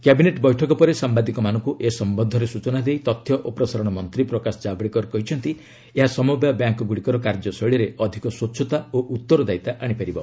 cabinet ବୈଠକ ପରେ ସାମ୍ବାଦିକମାନଙ୍କୁ ଏ ସମ୍ପନ୍ଧରେ ସୂଚନା ଦେଇ ତଥ୍ୟ ଓ ପ୍ରସାରଣ ମନ୍ତ୍ରୀ ପ୍ରକାଶ ଜାବଡେକର କହିଛନ୍ତି ଏହା ସମବାୟ ବ୍ୟାଙ୍କ୍ଗୁଡ଼ିକର କାର୍ଯ୍ୟ ଶୈଳୀରେ ଅଧିକ ସ୍ୱଚ୍ଚତା ଓ ଉତ୍ତରଦାୟୀତା ଆଣିପାରିବ